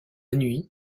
nuit